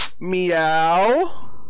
Meow